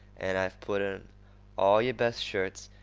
and i've put in all yer best shirts,